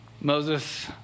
Moses